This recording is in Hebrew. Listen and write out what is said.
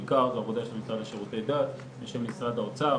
בעיקר זו עבודה של המשרד לשירותי דת ושל משרד האוצר,